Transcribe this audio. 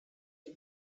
two